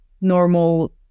normal